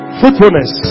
fruitfulness